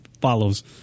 follows